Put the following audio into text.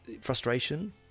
Frustration